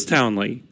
Townley